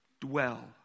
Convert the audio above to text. Dwell